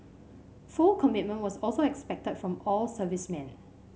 full commitment was also expected from all servicemen